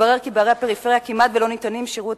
מתברר כי בערי הפריפריה כמעט לא ניתן שירות